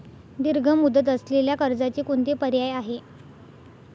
दीर्घ मुदत असलेल्या कर्जाचे कोणते पर्याय आहे?